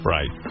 Right